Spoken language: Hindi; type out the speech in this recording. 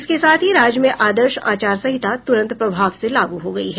इसके साथ ही राज्य में आदर्श आचार संहिता तुरंत प्रभाव से लागू हो गई है